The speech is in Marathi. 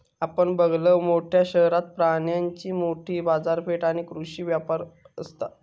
आपण बघलव, मोठ्या शहरात प्राण्यांची मोठी बाजारपेठ आणि कृषी व्यापार असता